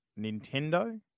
Nintendo